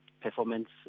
performance